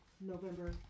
November